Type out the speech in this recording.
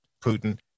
Putin